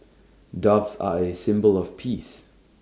doves are A symbol of peace